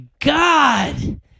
God